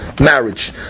marriage